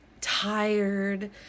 tired